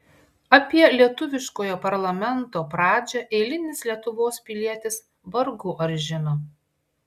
apie lietuviškojo parlamento pradžią eilinis lietuvos pilietis vargu ar žino